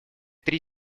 три